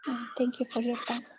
thank you for your